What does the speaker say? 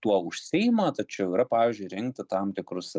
tuo užsiima tačiau yra pavyzdžiui rinkti tam tikrus